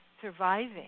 surviving